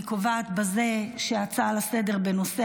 אני קובעת בזה שההצעה לסדר-היום בנושא